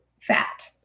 fat